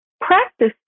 practice